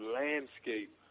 landscape